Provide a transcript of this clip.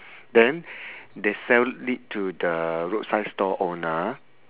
then they sell it to the roadside stall owner